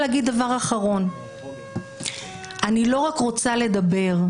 דבר אחרון, אני לא רוצה רק לדבר,